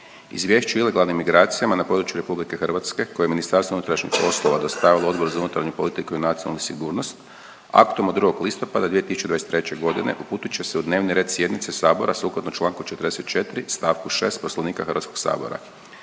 Izvješće o ilegalnim migracijama na području Republike Hrvatske koje je Ministarstvo unutrašnjih poslova dostavilo Odboru za unutarnju politiku i nacionalnu sigurnost aktom od 2. listopada 2023. godine, uputit će se u dnevni red sjednice sabora, sukladno čl. 44. st. 6. Poslovnika Hrvatskog sabora.